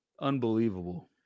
unbelievable